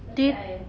nanti